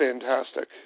fantastic